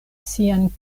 sian